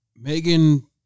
Megan